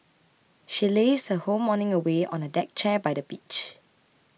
she lazed her whole morning away on a deck chair by the beach